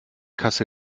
kasse